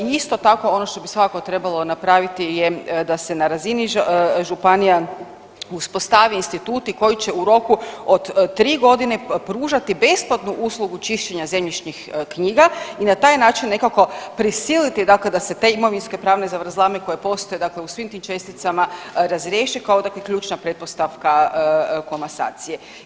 I isto tako ono što bi svakako trebalo napraviti je da se na razini županija uspostave instituti koji će u roku od 3 godine pružati besplatnu uslugu čišćenja zemljišnih knjiga i na taj način nekako prisiliti dakle da se te imovinsko pravne zavrzlame koje postoje dakle u svim tim česticama razriješe kao dakle ključna pretpostavka komasacije.